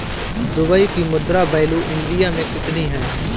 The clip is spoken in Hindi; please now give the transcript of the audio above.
दुबई की मुद्रा वैल्यू इंडिया मे कितनी है?